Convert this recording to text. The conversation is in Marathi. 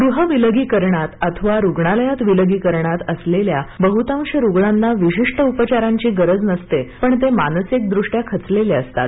गृह विलगीकरणात अथवा रुग्णालयात विलगीकरणात असलेल्या बहुतांश रुग्णांना विशिष्ट उपचारांची गरज नसते पण ते मानसिक दृष्ट्या खचलेले असतात